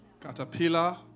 caterpillar